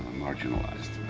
marginalized.